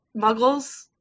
muggles